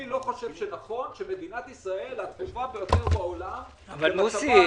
אני לא חושב שנכון שמדינת ישראל הצפופה ביותר בעולם -- מוסי,